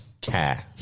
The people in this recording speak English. care